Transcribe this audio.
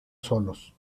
solos